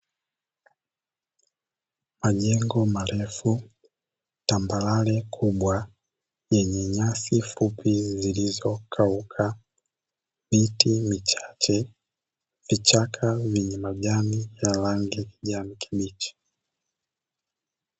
Majengo marefu, tambarare kubwa, yenye nyasi fupi zilizokauka, miti michache, vichaka vyenye majani ya rangi ya kijani kibichi.